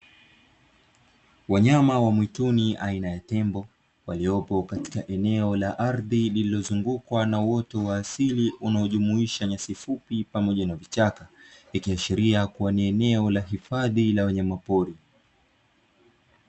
Wanyama wa mwituni aina ya tembo, waliopo katika eneo la ardhi lililozungukwa na uoto wa asili unaojumuisha nyasi fupi pamoja na vichaka, ikiashiria kuwa ni eneo la hifadhi la wanyama pori.